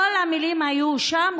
כל המילים היו שם,